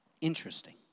Interesting